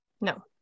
No